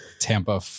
Tampa